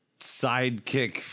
sidekick